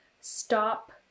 stop